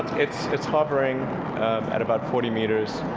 it's it's hovering at about forty meters,